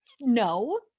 no